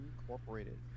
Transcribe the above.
Incorporated